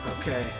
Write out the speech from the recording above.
Okay